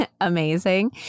amazing